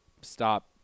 stop